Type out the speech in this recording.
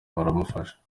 baramufasha